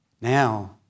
Now